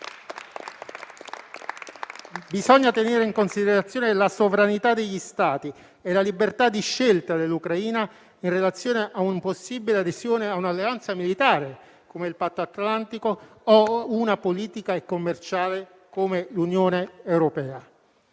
Bisogna tenere in considerazione la sovranità degli Stati e la libertà di scelta dell'Ucraina in relazione a una possibile adesione a un'alleanza militare, come il Patto atlantico, o a un'alleanza politica e commerciale, come l'Unione europea.